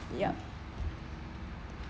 yup